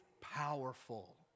powerful